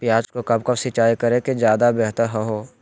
प्याज को कब कब सिंचाई करे कि ज्यादा व्यहतर हहो?